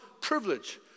privilege